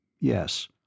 yes